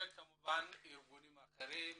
וכמובן ארגונים אחרים